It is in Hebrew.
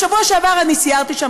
בשבוע שעבר אני סיירתי שם,